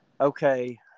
Okay